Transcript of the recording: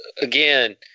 again